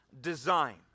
design